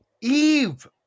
Eve